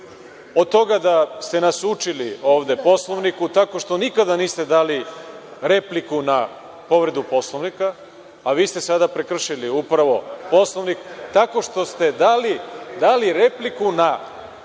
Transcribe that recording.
od toga da ste nas učili Poslovnikom tako što nikada niste dali repliku na povredu Poslovnika, a vi ste sada upravo prekršili Poslovnik tako što ste dali repliku na povredu